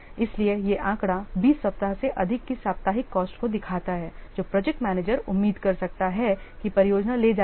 इसलिए यह आंकड़ा 20 सप्ताह से अधिक की साप्ताहिक कॉस्ट को दिखाता है जो प्रोजेक्ट मैनेजर उम्मीद कर सकता है कि परियोजना ले जाएगी